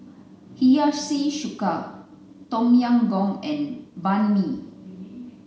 Hiyashi Chuka Tom Yam Goong and Banh Mi